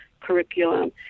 curriculum